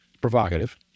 provocative